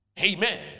Amen